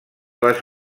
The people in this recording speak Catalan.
les